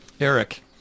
Eric